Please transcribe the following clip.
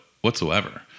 whatsoever